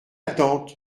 tante